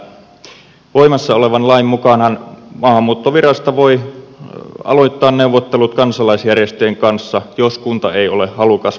voimassa olevan lain mukaanhan maahanmuuttovirasto voi aloittaa neuvottelut kansalaisjärjestöjen kanssa jos kunta ei ole halukas vastaanottokeskuksen perustamiseen